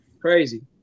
Crazy